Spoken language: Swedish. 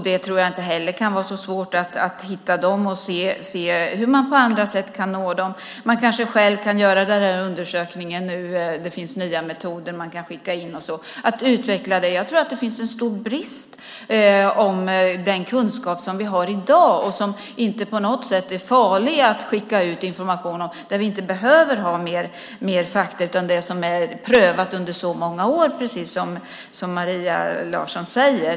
Det kan inte vara så svårt att nå dem på andra sätt. Man kanske kan göra undersökningen själv. Det finns nya metoder som kan utvecklas. Jag tror att det finns en stor brist i fråga om den kunskap som finns i dag och som inte på något sätt är farlig att skicka ut information om. Vi behöver inte mer fakta om det som är prövat under så många år, precis som Maria Larsson säger.